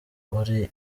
uri